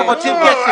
אנחנו רוצים כסף.